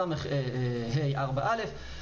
סה/4(א).